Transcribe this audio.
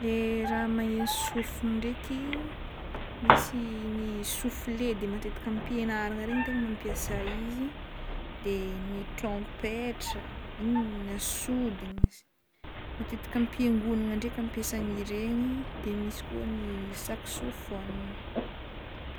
Le raha magneno sofiny dreky: misy ny souflé, de matetika ampianaragna regny tegna mampiasa izy, de ny trompetra igny, na sodigny matetika am-piangonana draika ampiasagny regny de misy koa ny saxofona.